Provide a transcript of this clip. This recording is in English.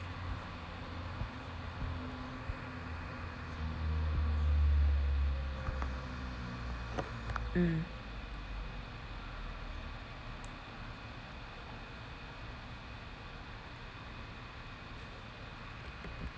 mm